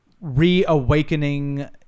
reawakening